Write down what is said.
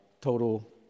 total